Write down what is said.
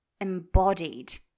embodied